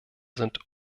sind